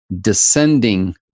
descending